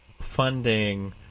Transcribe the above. Funding